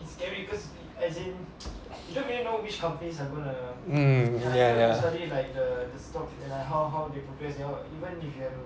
mm ya ya